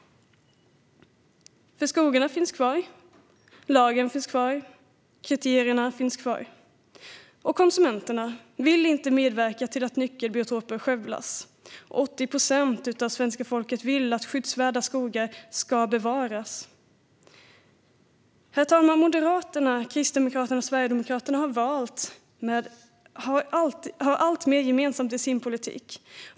Skogarna finns ju kvar, lagarna finns kvar, kriterierna finns kvar och konsumenterna vill inte medverka till att nyckelbiotoper skövlas. 80 procent av svenska folket vill att skyddsvärda skogar ska bevaras. Herr talman! Moderaterna, Kristdemokraterna och Sverigedemokraterna har alltmer gemensamt i sin politik.